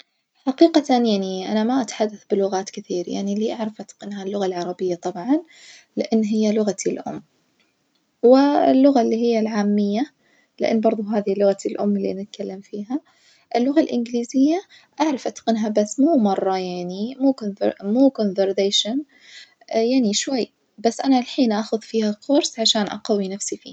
حقيقة يعني أنا ما أتحدث بلغات كثير يعني اللي أعرف أتقنها اللغة العربية طبعًا لأن هي لغتي الأم، واللغة اللي هي العامية لأن برظه هذي لغتي الأم اللي نتكلم فيها، اللغة الإنجليزية أعرف أتقنها بس مو مرة يعني مو كونفر مو كونفرزيشن يعني شوي، بس أنا الحين أخذ فيها كورس عشان أقوي نفسي فيها.